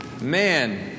man